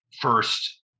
First